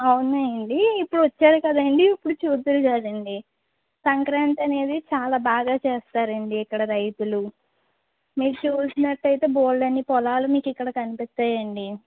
అవునండి ఇప్పుడు వచ్చారు కదండీ ఇప్పుడు చూద్దురుగానండి సంక్రాంతి అనేది చాలా బాగా చేస్తారండి ఇక్కడ రైతులు మీరు చూసినట్టైతే బోలెడన్ని పొలాలు మీకు ఇక్కడ కనిపిస్తాయండి